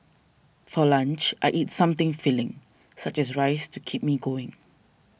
for lunch I eat something filling such as rice to keep me going